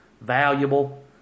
valuable